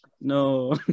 No